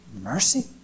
Mercy